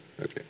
Okay